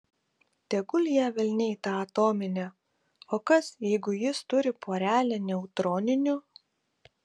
tegul ją velniai tą atominę o kas jeigu jis turi porelę neutroninių